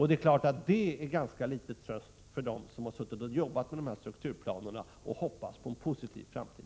Det är klart att det är ganska liten tröst för dem som har jobbat med strukturplanerna och hoppats på en positiv framtid.